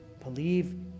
believe